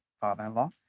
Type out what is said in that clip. father-in-law